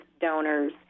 donors